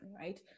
right